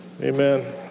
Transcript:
Amen